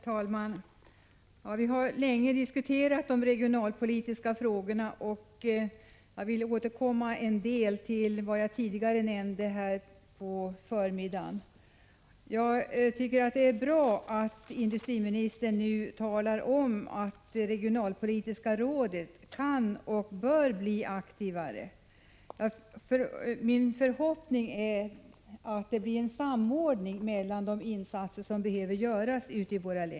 Herr talman! Vi har länge diskuterat de regionalpolitiska frågorna, och jag vill återkomma till en del av vad jag nämnde här på förmiddagen. Det är bra att industriministern nu talar om att regionalpolitiska rådet kan och bör bli aktivare. Min förhoppning är att det blir en samordning mellan de insatser som behöver göras ute i våra län.